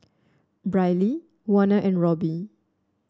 Briley Warner and Robbie